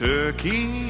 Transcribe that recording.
Turkey